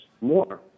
more